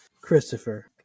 Christopher